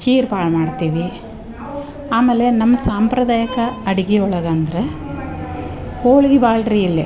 ಖೀರ್ ಭಾಳ ಮಾಡ್ತೀವಿ ಆಮೇಲೆ ನಮ್ಮ ಸಾಂಪ್ರದಾಯಿಕ ಅಡ್ಗಿ ಒಳಗೆ ಅಂದರೆ ಹೋಳಿಗೆ ಭಾಳ ರೀ ಇಲ್ಲೆ